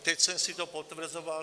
Teď jsem si to potvrzoval.